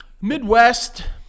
Midwest